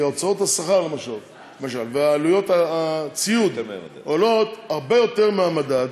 כי הוצאות השכר ועלויות הציוד למשל עולות הרבה יותר מהמדד.